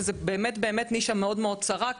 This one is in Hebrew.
וזה באמת באמת נישה מאוד מאוד צרה.